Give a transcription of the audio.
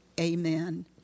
Amen